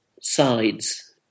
sides